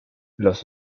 los